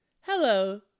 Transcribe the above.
hello